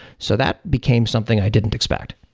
so that became something i didn't expect.